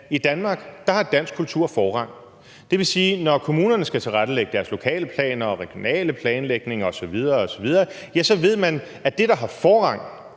i Danmark har dansk kultur forrang. Det vil sige, at når kommunerne skal tilrettelægge deres lokalplaner og regionale planlægning osv. osv., ja, så ved man, at det, der har forrang,